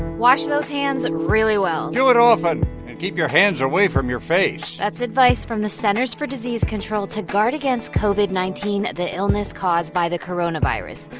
wash those hands really well do it often, and keep your hands away from your face that's advice from the centers for disease control to guard against covid nineteen, the illness caused by the coronavirus.